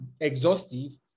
exhaustive